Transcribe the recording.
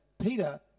Peter